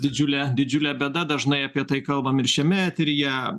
didžiulė didžiulė bėda dažnai apie tai kalbam ir šiame eteryje